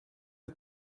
het